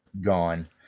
Gone